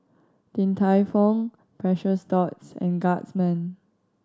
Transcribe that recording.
Din Tai Fung Precious Thots and Guardsman